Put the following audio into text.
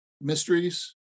Mysteries